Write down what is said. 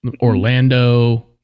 Orlando